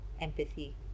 empathy